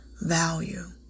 value